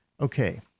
Okay